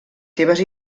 seves